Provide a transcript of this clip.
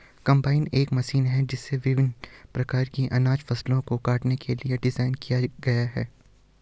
combine एक machine है जिसे विभिन्न प्रकार की अनाज फसलों को काटने के लिए डिज़ाइन किया गया है